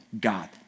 God